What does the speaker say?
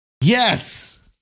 Yes